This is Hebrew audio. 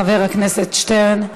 חבר הכנסת שטרן,